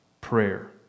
prayer